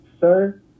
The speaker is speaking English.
sir